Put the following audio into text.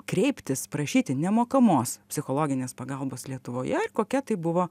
kreiptis prašyti nemokamos psichologinės pagalbos lietuvoje ir kokia tai buvo